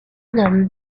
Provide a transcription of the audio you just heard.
nomme